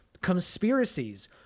conspiracies